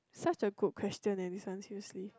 such a good question eh this one seriously